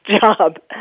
job